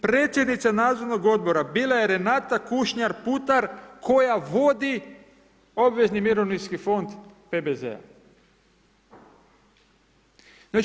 Predsjednica nadzornog odbora bila je Renata Kušnjar Putar koja vodi obvezni mirovinski fond PBZ-a.